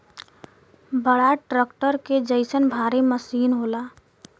बड़ा ट्रक्टर क जइसन भारी मसीन होला